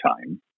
time